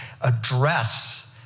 address